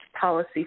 policy